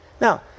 Now